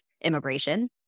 immigration